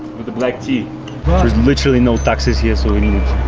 with a black tea there is literally no taxis here so we needed